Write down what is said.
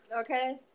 Okay